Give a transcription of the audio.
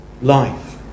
life